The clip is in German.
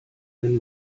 wenn